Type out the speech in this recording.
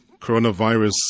coronavirus